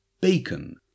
bacon